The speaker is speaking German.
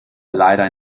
leider